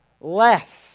left